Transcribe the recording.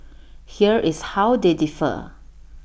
here is how they differ